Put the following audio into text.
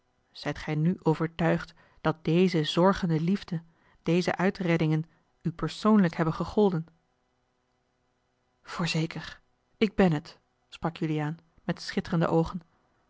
zijt gij nu overtuigd dat deze zorgende liefde deze uitreddingen u persoonlijk hebben gegolden voorzeker ik ben het sprak juliaan met schitterende oogen